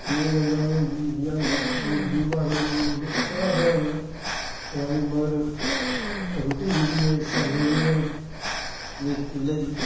एह् होंदा ते कोई गरीब घर होऐ ते उस्सै स्हाबै दा बनानी मगर रुट्टी जेह्ड़ी ऐ सगले दी ऐ ते चु'ल्ले दी ऐ